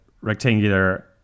rectangular